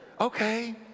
okay